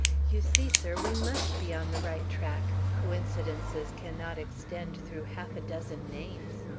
you see, sir, we must be on the right track coincidences cannot extend through half a dozen names.